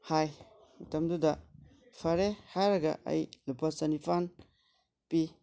ꯍꯥꯏ ꯃꯇꯝꯗꯨꯗ ꯐꯔꯦ ꯍꯥꯏꯔꯒ ꯑꯩ ꯂꯨꯄꯥ ꯆꯥꯅꯤꯄꯥꯜ ꯄꯤ